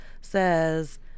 says